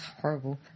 horrible